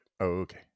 Okay